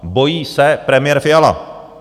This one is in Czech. Bojí se premiér Fiala.